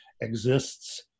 exists